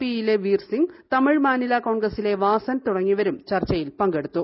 P യിലെ വീർസിങ് തമിഴ്മാനില കോൺഗ്രസിലെ വാസൻ തുടങ്ങിയവരും ചർച്ചയിൽ പങ്കെടുത്തു